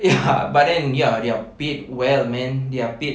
ya but then ya they are paid well man they are paid